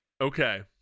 okay